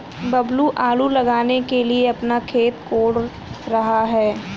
बबलू आलू लगाने के लिए अपना खेत कोड़ रहा है